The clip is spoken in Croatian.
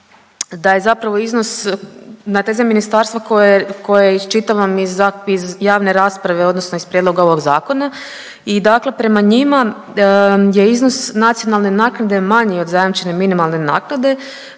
da je zapravo iznos, na teze ministarstva koje, koje iščitavam iz javne rasprave odnosno iz prijedloga ovog zakona i dakle prema njima je iznos nacionalne naknade manji od zajamčene minimalne naknade